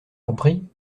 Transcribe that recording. compris